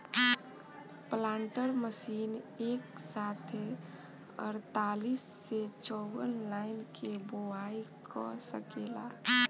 planter machine एक साथे अड़तालीस से चौवन लाइन के बोआई क सकेला